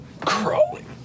crawling